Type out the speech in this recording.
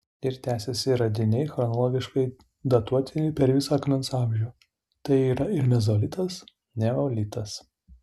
ir tęsiasi radiniai chronologiškai datuotini per visą akmens amžių tai yra ir mezolitas neolitas